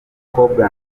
cobra